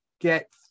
get